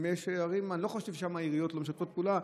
אם יש ערים אני לא חושב ששם העיריות לא משתפות פעולה.